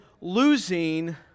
losing